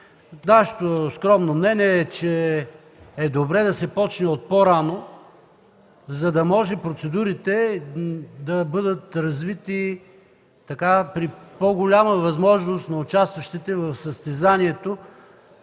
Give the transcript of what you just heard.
Нашето скромно мнение е, че е добре да се почне от по-рано, за да може процедурите да бъдат развити при по-голяма възможност на участващите в състезанието,